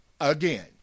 again